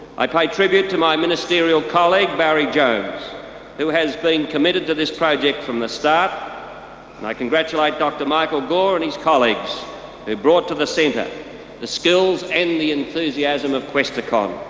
i pay tribute to my ministerial colleague barry jones who has been committed to this project from the start, and i congratulate dr michael gore and his colleagues who brought to the centre the skills and the enthusiasm of questacon.